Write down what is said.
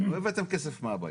הרי לא הבאתם כסף מהבית.